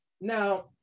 Now